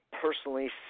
personally